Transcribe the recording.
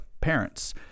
parents